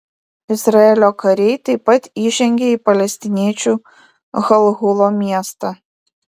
izraelio kariai taip pat įžengė į palestiniečių halhulo miestą